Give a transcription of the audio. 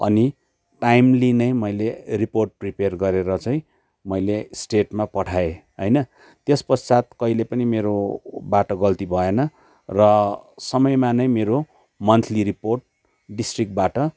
अनि टाइमली नै मैले रिपोर्ट प्रिपेयर गरेर चाहिँ मैले स्टेटमा पठाएँ होइन त्यसपश्चात् कहिले पनि मेरोबाट गल्ती भएन र समयमा नै मेरो मन्थली रिपोर्ट डिस्ट्रिक्टबाट